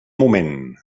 moment